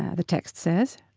ah the text says,